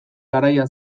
garaia